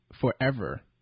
forever